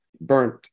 burnt